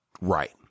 Right